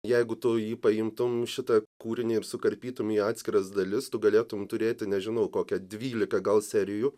jeigu tu jį paimtum šitą kūrinį ir sukarpytum į atskiras dalis tu galėtum turėti nežinau kokia dvylika gal serijų